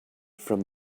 from